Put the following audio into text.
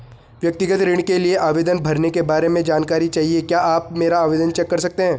व्यक्तिगत ऋण के लिए आवेदन भरने के बारे में जानकारी चाहिए क्या आप मेरा आवेदन चेक कर सकते हैं?